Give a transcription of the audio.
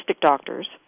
doctors